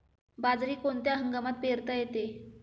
बाजरी कोणत्या हंगामात पेरता येते?